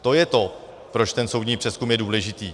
To je to, proč ten soudní přezkum je důležitý.